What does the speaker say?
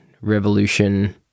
revolution